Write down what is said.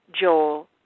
Joel